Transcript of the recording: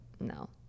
No